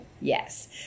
Yes